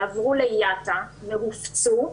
עברו ליאט"א והופצו,